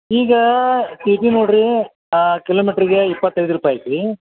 ಈಗ T T ನೋಡಿರಿ ಕಿಲೋಮೀಟ್ರಿಗೆ ಇಪ್ಪತ್ತೈದು ರೂಪಾಯಿ ಐತಿ